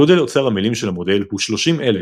גודל אוצר המילים של המודל הוא 30,000,